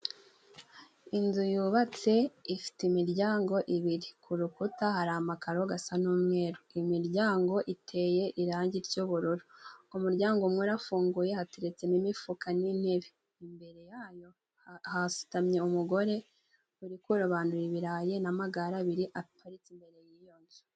Inzu yubatse ifite imiryango ibiri, ku rukuta hari amakaro asa n'umweru imiryango iteye irangi ry'ubururu, ku muryango umwe urafunguye hateretsemo imifuka n'intebe, imbere yayo hasutamye umugore uri kurobanura ibirayi n'amagare abiri aparitse imbere y'iyo nzu.